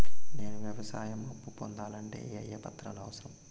నేను వ్యవసాయం అప్పు పొందాలంటే ఏ ఏ పత్రాలు అవసరం?